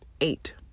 eight